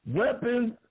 weapons